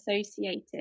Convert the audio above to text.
associated